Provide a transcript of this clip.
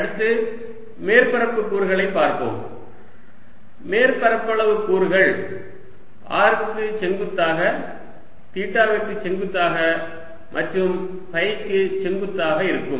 அடுத்து மேற்பரப்பு கூறுகளைப் பார்ப்போம் மேற்பரப்பளவு கூறுகள் r க்கு செங்குத்தாக தீட்டாவிற்கு செங்குத்தாக மற்றும் ஃபைக்கு செங்குத்தாக இருக்கும்